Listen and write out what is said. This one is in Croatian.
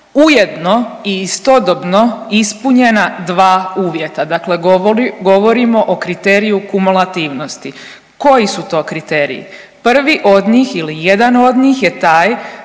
ujedno i istodobno ispunjena dva uvjeta, dakle govorimo o kriteriju kumulativnosti. Koji su to kriteriji? Prvi od njih ili jedan od njih je taj